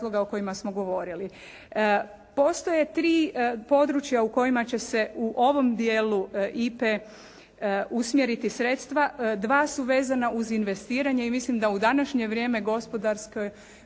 o kojima smo govorili. Postoje tri područja u kojima će se u ovom dijelu IPA-e usmjeriti sredstva. Dva su vezana uz investiranje i mislim da u današnje vrijeme gospodarske,